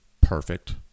perfect